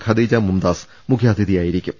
Khadija Mumtaz മുഖ്യാതിഥിയായിരിക്കും